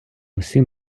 усім